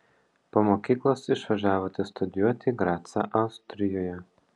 po mokyklos išvažiavote studijuoti į gracą austrijoje